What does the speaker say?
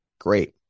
Great